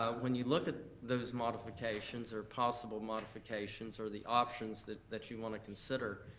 when you look at those modifications or possible modifications, or the options that that you wanna consider,